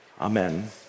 Amen